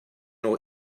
nhw